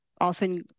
often